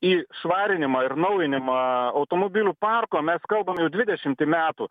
į švarinimą ir naujinimą automobilių parko mes kalbame jau dvidešimtį metų